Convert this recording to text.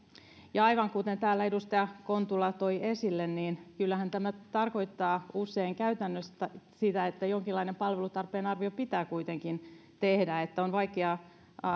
ja aivan kuten täällä edustaja kontula toi esille niin kyllähän tämä tarkoittaa usein käytännössä sitä että jonkinlainen palvelutarpeen arvio pitää kuitenkin tehdä on vaikeaa